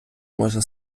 може